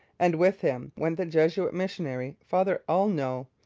and with him went the jesuit missionary, father aulneau,